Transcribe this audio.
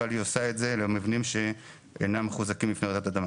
אבל היא עושה את זה למבנים שאינם מחוזקים בפני